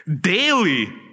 Daily